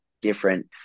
different